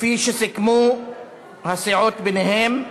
כפי שסיכמו הסיעות ביניהן,